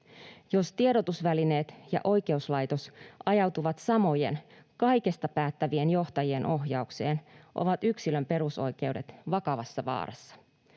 Jos tiedotusvälineet ja oikeuslaitos ajautuvat samojen, kaikesta päättävien johtajien ohjaukseen, ovat yksilön perusoikeudet vakavassa vaarassa.